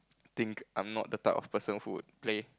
think I'm not the type of person who play